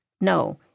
No